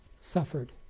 suffered